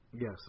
Yes